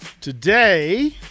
Today